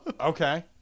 Okay